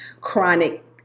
Chronic